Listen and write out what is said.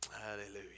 hallelujah